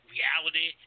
reality